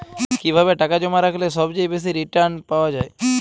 কিভাবে টাকা জমা রাখলে সবচেয়ে বেশি রির্টান পাওয়া য়ায়?